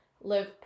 live